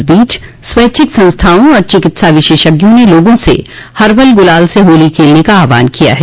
इस बीच स्वैच्छिक संस्थाओं और चिकित्सा विशेषज्ञों ने लोगों से हर्बल गुलाल से होली खेलने का आह्वान किया है